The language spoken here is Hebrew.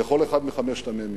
בכל אותם חמשת המ"מים.